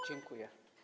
Dziękuję.